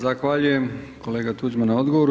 Zahvaljujem kolega Tuđman na odgovoru.